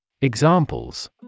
Examples